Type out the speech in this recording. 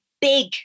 big